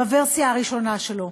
בוורסיה הראשונה שלו,